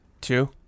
Two